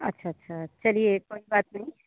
अच्छा अच्छा चलिए कोई बात नहीं